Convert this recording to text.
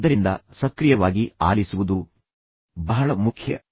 ಆದ್ದರಿಂದ ಸಕ್ರಿಯವಾಗಿ ಆಲಿಸುವುದು ಬಹಳ ಮುಖ್ಯ